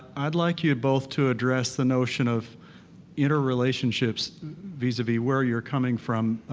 i'd like you both to address the notion of interrelationships vis-a-vis where you're coming from,